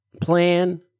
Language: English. plan